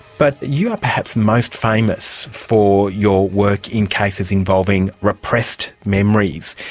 but you are perhaps most famous for your work in cases involving repressed memories.